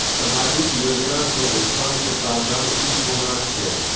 सामाजिक योजना से भुगतान के प्रावधान की कोना छै?